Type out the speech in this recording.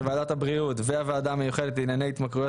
ועדת הבריאות והוועדה המיוחדת לענייני התמכרויות,